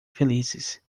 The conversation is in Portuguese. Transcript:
felizes